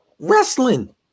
Wrestling